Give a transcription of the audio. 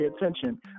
attention